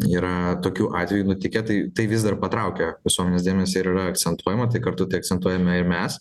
yra tokių atvejų nutikę tai tai vis dar patraukia visuomenės dėmesį ir yra akcentuojama į tai kartu tai akcentuojame ir mes